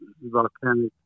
volcanic